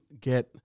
get